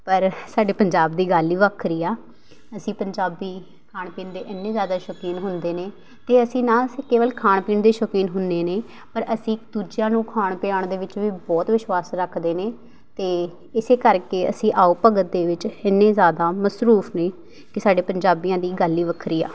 ਪਰ ਸਾਡੇ ਪੰਜਾਬ ਦੀ ਗੱਲ ਹੀ ਵੱਖਰੀ ਆ ਅਸੀਂ ਪੰਜਾਬੀ ਖਾਣ ਪੀਣ ਦੇ ਇੰਨੇ ਜ਼ਿਆਦਾ ਸ਼ੌਕੀਨ ਹੁੰਦੇ ਨੇ ਅਤੇ ਅਸੀਂ ਨਾ ਅਸੀਂ ਕੇਵਲ ਖਾਣ ਪੀਣ ਦੇ ਸ਼ੌਕੀਨ ਹੁੰਦੇ ਨੇ ਪਰ ਅਸੀਂ ਦੂਜਿਆਂ ਨੂੰ ਖੁਆਣ ਪਿਲਾਣ ਦੇ ਵਿੱਚ ਵੀ ਬਹੁਤ ਵਿਸ਼ਵਾਸ ਰੱਖਦੇ ਨੇ ਅਤੇ ਇਸੇ ਕਰਕੇ ਅਸੀਂ ਆਓ ਭਗਤ ਦੇ ਵਿੱਚ ਇੰਨੇ ਜ਼ਿਆਦਾ ਮਸ਼ਰੂਫ ਨੇ ਕਿ ਸਾਡੇ ਪੰਜਾਬੀਆਂ ਦੀ ਗੱਲ ਹੀ ਵੱਖਰੀ ਆ